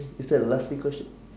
is that the last pink question